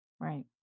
Right